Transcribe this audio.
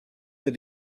that